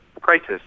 crisis